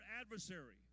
adversary